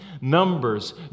Numbers